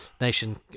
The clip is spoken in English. Nation